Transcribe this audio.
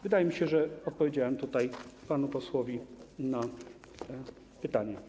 Wydaje mi się, że odpowiedziałem panu posłowi na pytania.